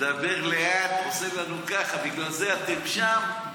מדבר לאט, עושה לנו ככה, בגלל זה אתם שם?